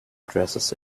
addresses